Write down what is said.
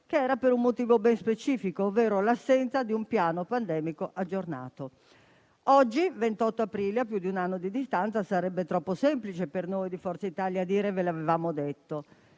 causa di un motivo ben specifico, ovvero l'assenza di un piano pandemico aggiornato. Oggi, 28 aprile 2021, a più di un anno di distanza, sarebbe troppo semplice per noi di Forza Italia dire: ve l'avevamo detto.